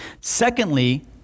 Secondly